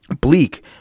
bleak